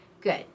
good